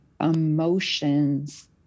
emotions